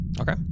Okay